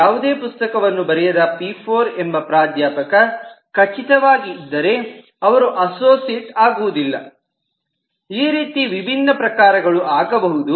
ಯಾವುದೇ ಪುಸ್ತಕವನ್ನು ಬರೆಯದ ಪಿ4 ಎಂಬ ಪ್ರಾಧ್ಯಾಪಕ ಖಚಿತವಾಗಿ ಇದ್ದರೆ ಅವರು ಅಸೋಸಿಯೇಟ್ ಆಗುವುದಿಲ್ಲ ಈ ರೀತಿ ವಿಭಿನ್ನ ಪ್ರಾಕಾರಗಳು ಆಗಬಹುದು